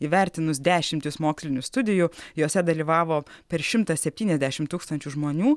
įvertinus dešimtis mokslinių studijų jose dalyvavo per šimtą septyniasdešimt tūkstančių žmonių